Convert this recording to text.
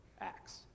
acts